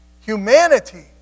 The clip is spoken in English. Humanity